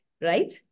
right